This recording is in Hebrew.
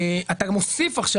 אתה גם מוסיף עכשיו,